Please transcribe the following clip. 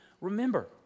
remember